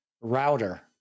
router